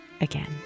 again